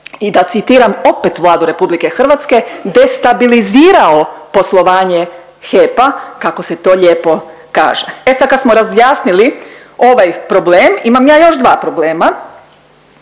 i da citiram opet Vladu Republike Hrvatske destabilizirao poslovanje HEP-a kako se to lijepo kaže. E sad kad smo razjasnili ovaj problem imam ja još dva problema,